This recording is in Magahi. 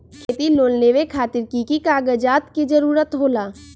खेती लोन लेबे खातिर की की कागजात के जरूरत होला?